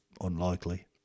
unlikely